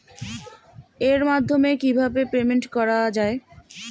এর মাধ্যমে কিভাবে পেমেন্ট করা য়ায়?